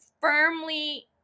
firmly